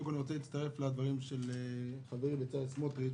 אני רוצה להצטרף לדברי חברי, בצלאל סמוטריץ',